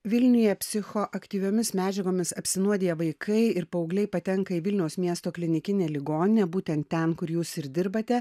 vilniuje psichoaktyviomis medžiagomis apsinuodiję vaikai ir paaugliai patenka į vilniaus miesto klinikinę ligoninę būtent ten kur jūs ir dirbate